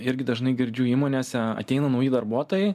irgi dažnai girdžiu įmonėse ateina nauji darbuotojai